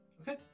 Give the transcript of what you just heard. Okay